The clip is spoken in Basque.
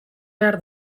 behar